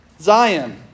Zion